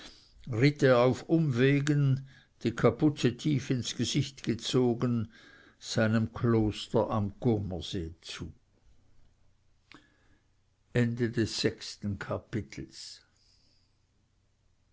er auf umwegen die kapuze tief ins gesicht gezogen seinem kloster am comersee zu